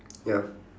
ya